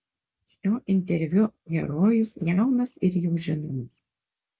šio interviu herojus jaunas ir jau žinomas